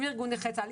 עם ארגוני נכי צה"ל,